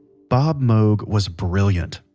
bob moog was brilliant.